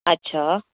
अच्छा